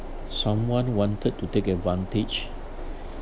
someone wanted to take advantage